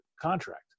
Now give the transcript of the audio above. contract